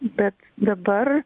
bet dabar